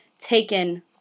taken